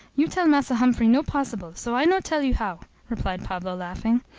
you tell massa humphrey no possible, so i no tell you how, replied pablo, laughing.